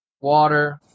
water